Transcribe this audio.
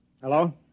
Hello